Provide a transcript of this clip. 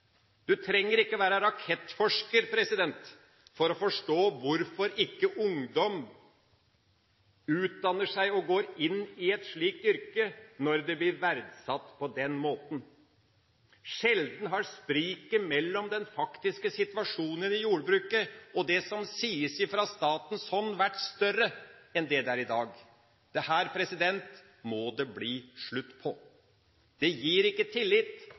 Du trenger ikke være rakettforsker for å forstå hvorfor ikke ungdom utdanner seg og går inn i et slikt yrke, når det blir verdsatt på den måten. Sjelden har spriket mellom den faktiske situasjonen i jordbruket og det som sies fra statens hånd, vært større enn det er i dag. Dette må det bli slutt på. Det gir ikke tillit